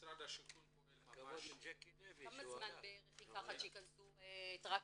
משרד השיכון פועל ממש --- כמה זמן בערך ייקח עד שייכנסו טרקטורים?